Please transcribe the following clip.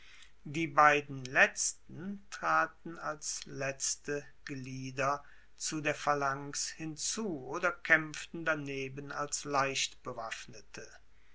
die beiden letzten traten als letzte glieder zu der phalanx hinzu oder kaempften daneben als